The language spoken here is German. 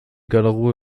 garderobe